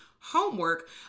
homework